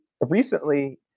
recently